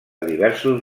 diversos